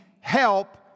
help